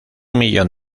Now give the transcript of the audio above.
millón